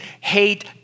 hate